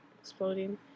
Exploding